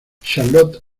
charlotte